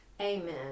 Amen